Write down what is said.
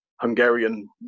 Hungarian